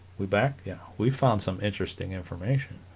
we back yeah we found some interesting information